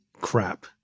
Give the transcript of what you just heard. crap